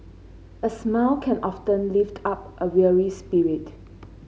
a smile can often lift up a weary spirit